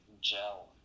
gel